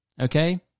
okay